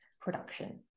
production